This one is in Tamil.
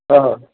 ஆ